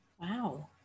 Wow